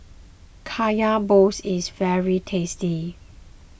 Kaya Balls is very tasty